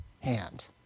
hand